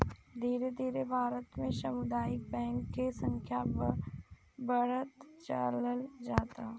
धीरे धीरे भारत में सामुदायिक बैंक के संख्या बढ़त चलल जाता